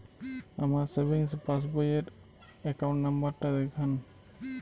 আমার সেভিংস পাসবই র অ্যাকাউন্ট নাম্বার টা দেখান?